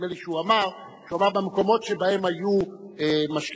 ונדמה לי שהוא אמר שבמקומות שבהם היו משקיפים